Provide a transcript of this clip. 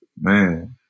Man